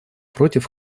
против